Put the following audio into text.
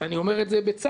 אני אומר את זה בצער